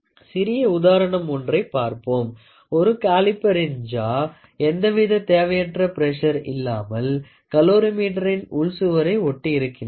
சிறிய உதாரணம் ஒன்றைப் பார்ப்போம் ஒரு காலிபரின் ஜாவ் எந்தவித தேவையற்ற பிரஷர் இல்லாமல் கலோரிமீட்டறின் உள்சுவரை ஒட்டி இருக்கின்றது